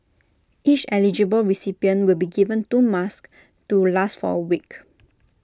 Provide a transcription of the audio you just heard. each eligible recipient will be given two masks to last for A week